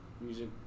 music